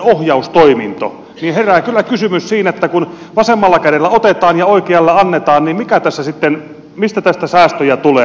herää kyllä kysymys että kun vasemmalla kädellä otetaan ja oikealla annetaan niin mistä tästä säästöjä tulee